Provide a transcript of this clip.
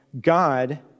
God